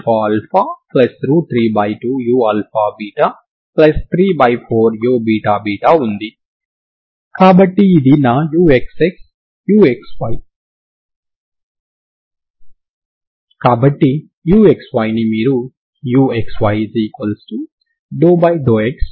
ప్రత్యేకతను చూపించే ప్రూఫ్ లో మీరు u1 మరియు u2 లు ఇచ్చిన సమస్యను సంతృప్తి పరుస్తాయని చూపించవచ్చు మరియు మీరు ఈ ఎనర్జీ వాదనని నిర్వచించండి చివరగా మీరు x మరియు t యొక్క అన్ని విలువలకు w 0 అని చూపించండి